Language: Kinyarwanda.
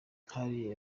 hari